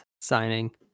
signing